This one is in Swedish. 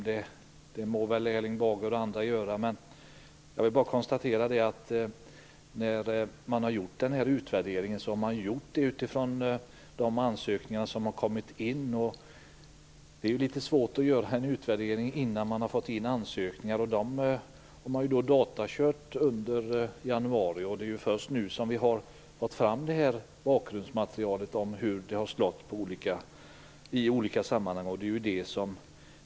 Men utvärderingen har gjorts med utgångspunkt i de ansökningar som har inkommit. Det är litet svårt att göra en utvärdering innan ansökningarna har kommit in. De har databehandlats under januari månad. Det är först nu som bakgrundsmaterialet har kommit fram om konsekvenserna i olika sammanhang.